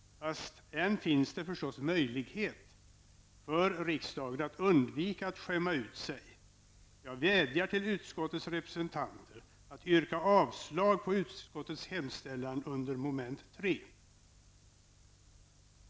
Men än finns det förstås möjlighet för riksdagen att undvika att skämma ut sig. Jag vädjar till utskottets representanter att yrka avslag på utskottets hemställan under mom. 3.